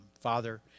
Father